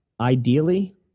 Ideally